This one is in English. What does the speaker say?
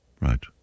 Right